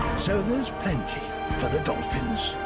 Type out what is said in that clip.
so there's plenty for the dolphins.